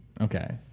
Okay